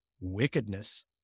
wickedness